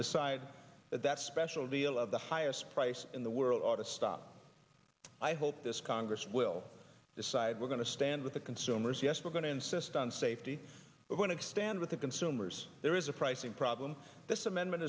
decide that that special deal of the highest price in the world ought to stop i hope this congress will decide we're going to stand with the consumers yes we're going to insist on safety we're going to stand with the consumers there is a pricing problem this amendment